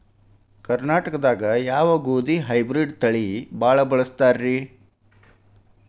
ಕರ್ನಾಟಕದಾಗ ಯಾವ ಗೋಧಿ ಹೈಬ್ರಿಡ್ ತಳಿ ಭಾಳ ಬಳಸ್ತಾರ ರೇ?